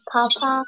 Papa